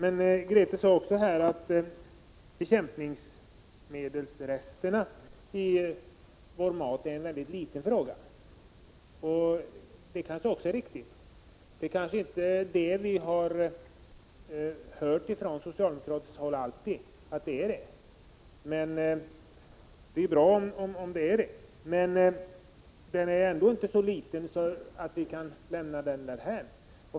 Att resterna av bekämpningsmedel i vår mat är en liten fråga har Grethe Lundblad kanske också rätt i — vi har väl inte alltid fått höra det från socialdemokratiskt håll. Men den är ändå inte så liten att vi kan lämna den därhän.